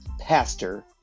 Pastor